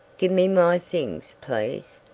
give me my things, please.